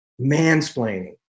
Mansplaining